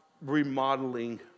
remodeling